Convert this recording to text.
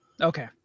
Okay